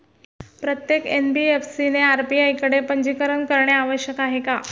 प्रत्येक एन.बी.एफ.सी ने आर.बी.आय कडे पंजीकरण करणे आवश्यक आहे का?